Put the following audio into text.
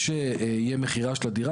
כשתהיה מכירה של הדירה,